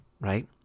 right